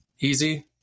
Easy